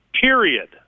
Period